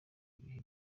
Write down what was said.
ibihe